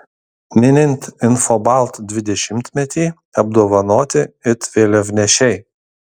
minint infobalt dvidešimtmetį apdovanoti it vėliavnešiai